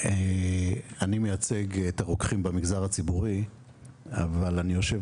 אני מייצג את הרוקחים במגזר הציבורי אבל אני יושב